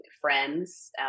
friends